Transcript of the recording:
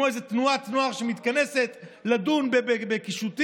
כמו איזה תנועת נוער שמתכנסת לדון בקישוטים,